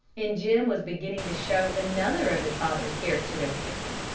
and jim was beginning to show another of his father's characteristics.